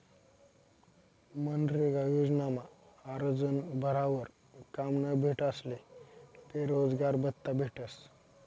मनरेगा योजनामा आरजं भरावर काम न भेटनारस्ले बेरोजगारभत्त्ता भेटस